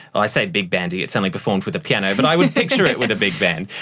i say big-bandy, it's only performed with a piano, but i would picture it with a big band,